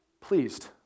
Pleased